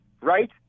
right